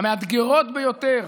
המאתגרות ביותר